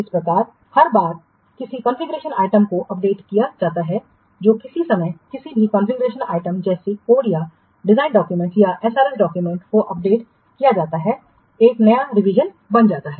इस प्रकार हर बार किसी कॉन्फ़िगरेशन आइटम को अपडेट किया जाता है किसी भी समय किसी भी कॉन्फ़िगरेशन आइटम जैसे कोड या डिज़ाइन डाक्यूमेंट्स या SRS डाक्यूमेंट्स को अपडेट किया जाता है एक नया रिवीजन बन जाता है